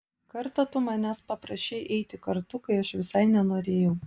kartą tu manęs paprašei eiti kartu kai aš visai nenorėjau